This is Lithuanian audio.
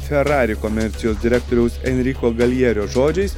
ferrari komercijos direktoriaus enriko galjerio žodžiais